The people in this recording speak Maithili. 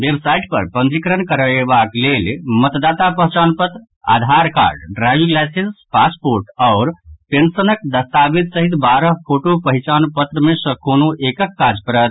वेबसाईट पर पंजीकरण करयबाक लेल मतदाता पहिचान पत्र Aadhaar card driving licence passport आओर पेंशनक दस्तावेज सहित बारह फोटो पहचान पत्र मे सँ कोनो एकक काज पड़त